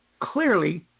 clearly